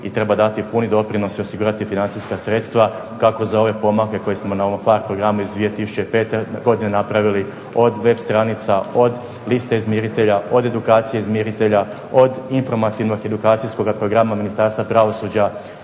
i treba dati puni doprinos i osigurati financijska sredstva, kako za ove pomake koje smo na ovom PHARE programu iz 2005. godine napravili od web stranica, od liste izmiritelja, od edukacije izmiritelja, od informativnog edukacijskoga programa Ministarstva pravosuđa,